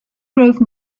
grove